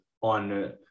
on